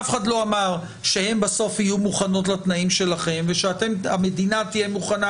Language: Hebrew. אף אחד לא אמר שהן בסוף יהיו מוכנות לתנאים שלכם ושהמדינה תהיה מוכנה